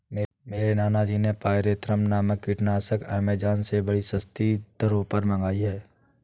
मेरे नाना जी ने पायरेथ्रम नामक कीटनाशक एमेजॉन से बड़ी सस्ती दरों पर मंगाई है